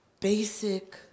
basic